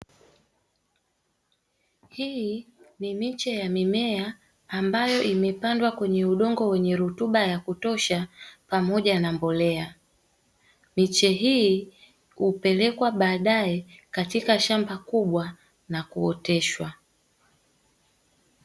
Hii ni miche ya mimea ambayo imepandwa kwenye udongo wenye rutuba ya kutosha pamoja na mbolea. Miche hii hupelekwa baadaye katika shamba kubwa na kuoteshwa.